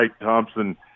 Thompson